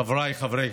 חבריי חברי